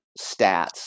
stats